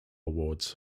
awards